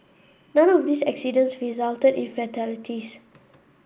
none of this accidents resulted in fatalities